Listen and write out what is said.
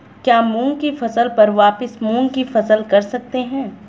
क्या मूंग की फसल पर वापिस मूंग की फसल कर सकते हैं?